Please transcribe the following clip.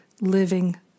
living